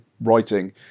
writing